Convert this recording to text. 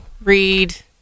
read